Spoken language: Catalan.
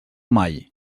mai